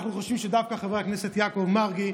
אנחנו חושבים שדווקא חבר הכנסת יעקב מרגי,